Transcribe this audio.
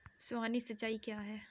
फुहारी सिंचाई क्या है?